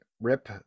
rip